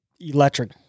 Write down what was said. electric